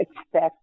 expect